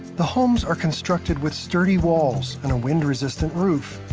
the homes are constructed with sturdy walls and a wind resistant roof.